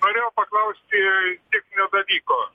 norėjau paklausti tik vieno dalyko